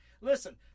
listen